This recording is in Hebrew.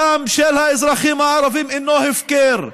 הדם של האזרחים הערבים אינו הפקר,